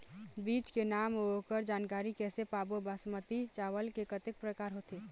बीज के नाम अऊ ओकर जानकारी कैसे पाबो बासमती चावल के कतेक प्रकार होथे?